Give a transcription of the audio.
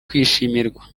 kwishimirwa